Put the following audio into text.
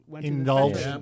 Indulge